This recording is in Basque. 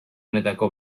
honetako